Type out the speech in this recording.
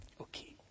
Okay